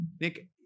Nick